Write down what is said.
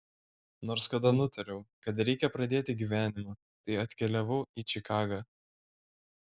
nors kada nutariau kad reikia pradėti gyvenimą tai atkeliavau į čikagą